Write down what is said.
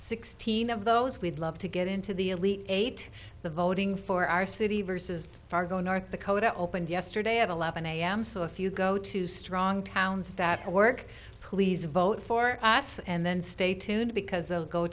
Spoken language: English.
sixteen of those we'd love to get into the elite eight the voting for our city versus fargo north dakota opened yesterday at eleven a m so if you go to strong towns that work please vote for us and then stay tuned because